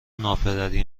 ناپدری